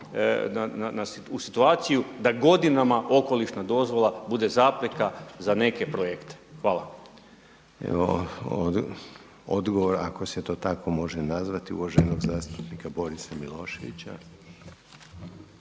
u situaciju da godinama okolišna dozvola bude zapreka za neke projekte. Hvala. **Reiner, Željko (HDZ)** Odgovor ako se to tako može nazvati uvaženog zastupnika Borisa Miloševića.